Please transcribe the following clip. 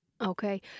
okay